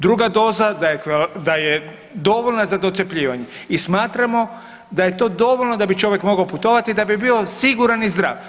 Druga doza da je dovoljna za docjepljivanje i smatramo da je to dovoljno da bi čovjek mogao putovati da bi bio siguran i zdrav.